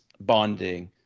bonding